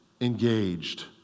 engaged